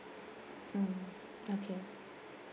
mm okay